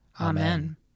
Amen